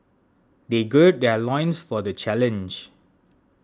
they gird their loins for the challenge